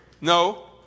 No